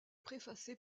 préfacé